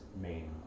main